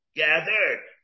gathered